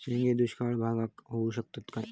शेंगे दुष्काळ भागाक येऊ शकतत काय?